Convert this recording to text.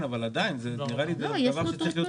אבל עדיין, זה נראה לי דבר שצריך להיות